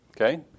Okay